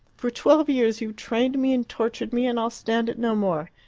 for twelve years you've trained me and tortured me, and i'll stand it no more.